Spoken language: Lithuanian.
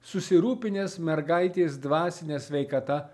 susirūpinęs mergaitės dvasine sveikata